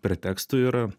pretekstų yra